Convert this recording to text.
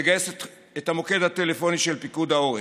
לגייס את המוקד הטלפוני של פיקוד העורף.